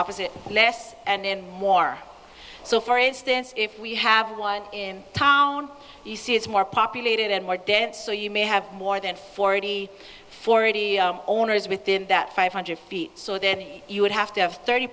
opposite less and more so for instance if we have one in town you see its more populated and more dense so you may have more than forty four of the owners within that five hundred feet so then you would have to have thirty